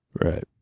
Right